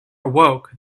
awoke